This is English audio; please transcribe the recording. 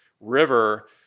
river